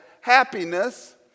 happiness